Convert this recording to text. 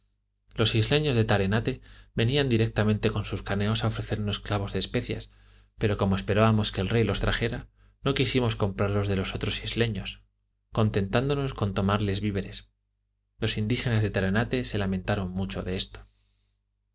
los isleños de tarenate venían diariamente con sus canoas a ofrecernos clavos de especias pero como esperábamos que el rey los trajera no quisimos comprarlos de los otros isleños contentándonos con tomarles víveres los indígenas de tarenate se lamentaban mucho de esto